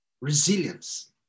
Resilience